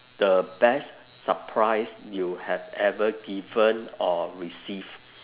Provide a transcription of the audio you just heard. the best surprise you have ever given or receive